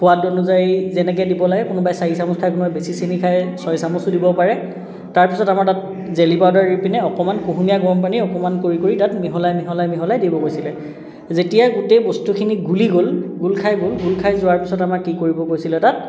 সোৱাদ অনুযায়ী যেনেকৈ দিব লাগে কোনোবাই চাৰি চামুচ খায় কোনোবাই বেছি চেনি খায় ছয় চমুচো দিব পাৰে তাৰপিছত আমাৰ তাত জেলী পাউডাৰ দি পিনে অকণমান কুহুমীয়া গৰম পানী অকণমান কৰি কৰি তাত মিহলাই মিহলাই মিহলাই দিব কৈছিলে যেতিয়া গোটে বস্তুখিনি গুলি গ'ল গুল খাই গ'ল গুল খাই যোৱাৰ পাছত আমাৰ কি কৰিব কৈছিলে তাত